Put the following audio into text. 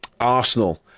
Arsenal